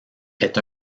est